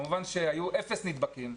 כמובן שהיו אפס נדבקים,